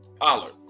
Pollard